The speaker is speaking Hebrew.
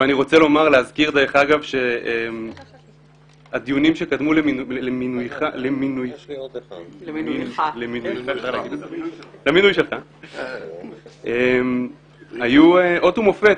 ואני רוצה להזכיר שהדיונים שקדמו למינויך היו אות ומופת